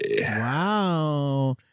Wow